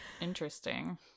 Interesting